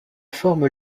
forme